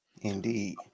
Indeed